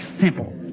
simple